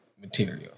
material